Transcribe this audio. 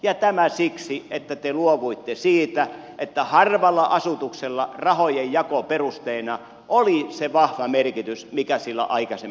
ja tämä siksi että te luovuitte siitä että harvalla asutuksella rahojen jakoperusteena oli se vahva merkitys mikä sillä aikaisemmin on ollut